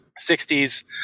60s